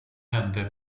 hände